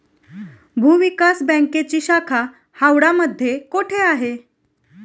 भूविकास बँकेची शाखा हावडा मध्ये कोठे आहे?